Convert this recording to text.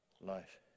Life